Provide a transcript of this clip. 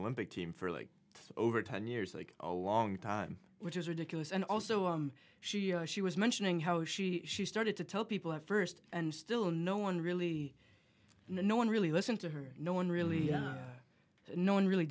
olympic team for like over ten years like a long time which is ridiculous and also she you know she was mentioning how she she started to tell people have first and still no one really no one really listen to her no one really no one really